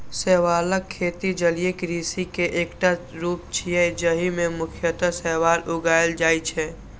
शैवालक खेती जलीय कृषि के एकटा रूप छियै, जाहि मे मुख्यतः शैवाल उगाएल जाइ छै